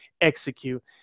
execute